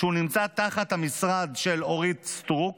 שהוא נמצא תחת המשרד של אורית סטרוק,